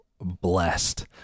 blessed